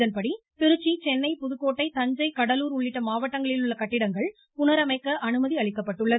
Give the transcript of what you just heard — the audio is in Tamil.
இதன்படி திருச்சி சென்னை புதுக்கோட்டை தஞ்சை கடலூர் உள்ளிட்ட மாவட்டங்களில் உள்ள கட்டிடங்கள் புனரமைக்க அனுமதி அளிக்கப்பட்டுள்ளது